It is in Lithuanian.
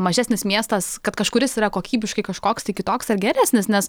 mažesnis miestas kad kažkuris yra kokybiškai kažkoks tai kitoks ar geresnis nes